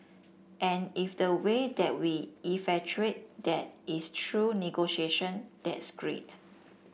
and if the way that we effectuate that is through negotiations that's great